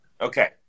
Okay